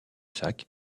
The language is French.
sac